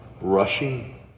rushing